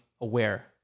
aware